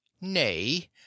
Nay